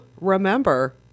remember